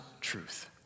truth